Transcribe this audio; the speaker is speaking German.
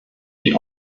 die